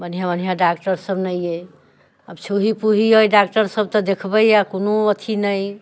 बढ़िआँ बढ़िआँ डॉक्टर सब नहि अइ अब छूही पूही अइ डॉक्टर सब तऽ देखबैये कोनो अथी नहि